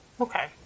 Okay